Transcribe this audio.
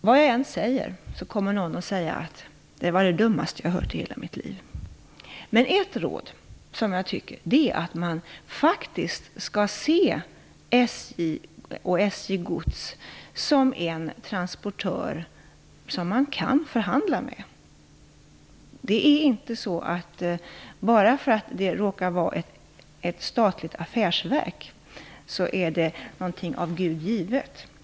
Vad jag än säger kommer någon att svara: Det var det dummaste jag har hört i hela mitt liv! Men ett råd är att man faktiskt skall se SJ och SJ Gods som en transportör som man kan förhandla med. Bara för att det råkar vara ett statligt affärsverk är det inte någonting av Gud givet.